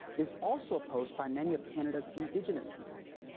is also opposed by many of canada's indigenous peoples.